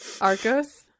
Arcos